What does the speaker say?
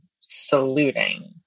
saluting